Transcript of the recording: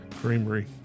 creamery